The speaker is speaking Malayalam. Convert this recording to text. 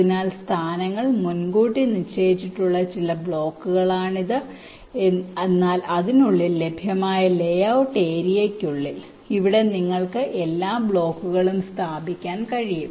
അതിനാൽ സ്ഥാനങ്ങൾ മുൻകൂട്ടി നിശ്ചയിച്ചിട്ടുള്ള ചില ബ്ലോക്കുകളാണിത് എന്നാൽ അതിനുള്ളിൽ ലഭ്യമായ ലേഔട്ട് ഏരിയയ്ക്കുള്ളിൽ ഇവിടെ നിങ്ങൾക്ക് എല്ലാ ബ്ലോക്കുകളും സ്ഥാപിക്കാൻ കഴിയും